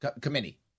committee